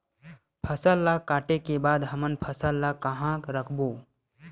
फसल ला काटे के बाद हमन फसल ल कहां रखबो?